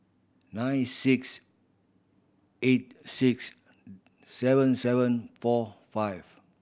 nine six eight six seven seven four five